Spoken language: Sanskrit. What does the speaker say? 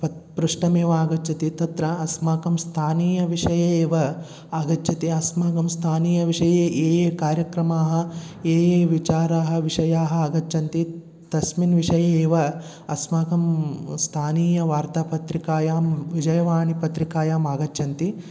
पत् पृष्टमिव आगच्छति तत्र अस्माकं स्थानीयविषये एव आगच्छति अस्माकं स्थानीयविषये ये ये कार्यक्रमाः ये ये विचाराः विषयाः आगच्छन्ति तस्मिन् विषये एव अस्माकं स्थानीयवार्तापत्रिकायां विजयवाणीपत्रिकायाम् आगच्छन्ति